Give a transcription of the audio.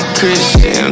Christian